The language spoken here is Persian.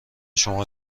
شما